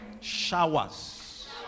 showers